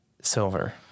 silver